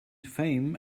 fame